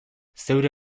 zeure